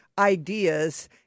ideas